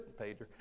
pager